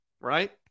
right